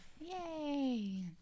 Yay